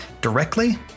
directly